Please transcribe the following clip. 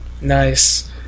Nice